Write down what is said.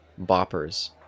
Boppers